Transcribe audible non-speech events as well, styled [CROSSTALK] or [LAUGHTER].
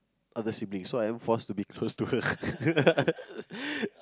of the siblings so I am forced to be close to her [LAUGHS]